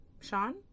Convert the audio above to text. Sean